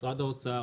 ממשרד האוצר,